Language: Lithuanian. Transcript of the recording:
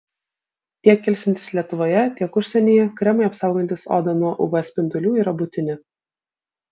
tiek ilsintis lietuvoje tiek užsienyje kremai apsaugantys odą nuo uv spindulių yra būtini